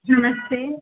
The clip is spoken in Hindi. नमस्ते